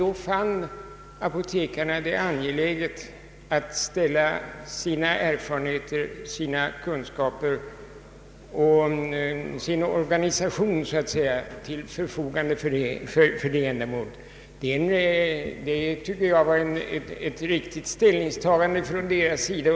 Då fann apotekarna det angeläget att ställa sina erfarenheter, sina kunskaper och sin organisation så att säga till förfogande för det ändamålet. Jag anser att det var ett riktigt och förståeligt ställningstagande från deras sida.